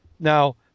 Now